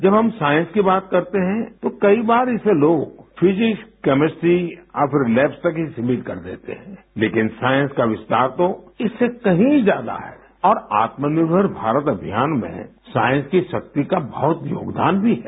जब हम साईंस की बात करते हैं तो कई बार इसे लोग फीजिक्स केमिस्ट्री या फिर लैब्स तक ही सीमित कर देते हैं लेकिन साईस का विस्तार तो इससे कहीं ज्यादा है और आत्मनिर्भर भारत अभियान में साईंस की शक्ति का बहुत योगदान भी है